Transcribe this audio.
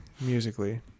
musically